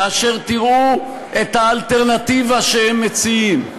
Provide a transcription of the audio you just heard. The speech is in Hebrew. כאשר תראו את האלטרנטיבה שהם מציעים,